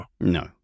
No